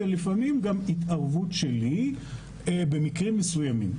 או לפעמים גם התערבות שלי במקרים מסוימים.